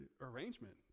arrangement